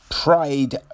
Pride